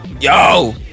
Yo